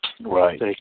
right